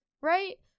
right